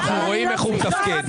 אנחנו רואים איך הוא מתפקד,